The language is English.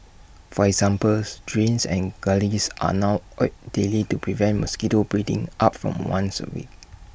for examples drains and gullies are now oiled daily to prevent mosquito breeding up from once A week